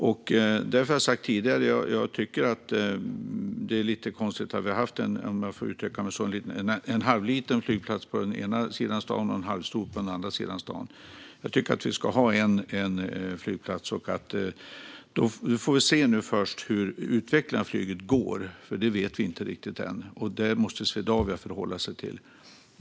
Jag har tidigare sagt att jag tycker att det är lite konstigt att vi har en halvliten flygplats på den ena sidan stan och en halvstor på den andra sidan stan - om jag får uttrycka mig så. Vi borde ha en flygplats. Vi får väl först se hur det går med utvecklingen av flyget. Det vet vi inte riktigt än. Det måste Swedavia förhålla sig till.